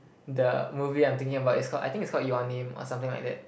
the movie I'm thinking about is called I think it's called your name or something like that